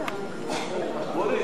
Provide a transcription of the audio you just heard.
ההסתייגות של חבר הכנסת אורי